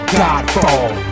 godfall